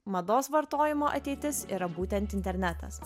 mados vartojimo ateitis yra būtent internetas